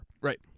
Right